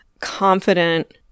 confident